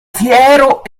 fiero